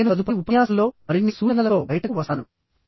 ఇప్పుడు నేను తదుపరి ఉపన్యాసంలో మరిన్ని సూచనలతో బయటకు వస్తాను